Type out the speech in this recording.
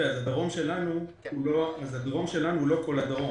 אז הדרום שלנו הוא לא כל הדרום.